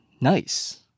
nice